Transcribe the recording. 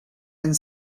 and